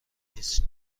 نیز